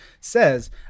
says